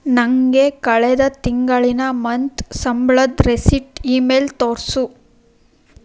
ನನಗೆ ಕಳೆದ ತಿಂಗಳಿನ ಮಂತ್ ಸಂಬಳದ ರೆಸಿಟ್ ಇಮೇಲ್ ತೋರಿಸು